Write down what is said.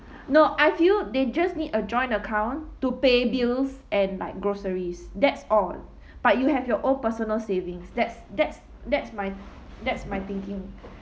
no I feel they just need a joint account to pay bills and buy groceries that's all but you have your own personal savings that's that's that's my that's my thinking